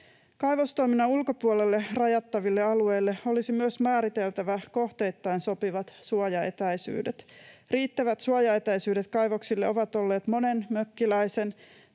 Kaivostoiminnan ulkopuolelle rajattaville alueille olisi myös määriteltävä kohteittain sopivat suojaetäisyydet. Riittävät suojaetäisyydet kaivoksille ovat olleet monen mökkiläisen,